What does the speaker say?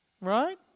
right